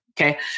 Okay